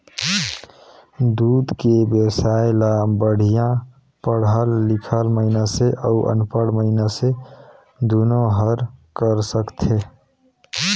दूद के बेवसाय ल बड़िहा पड़हल लिखल मइनसे अउ अनपढ़ मइनसे दुनो हर कर सकथे